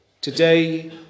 Today